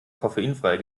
koffeinfreie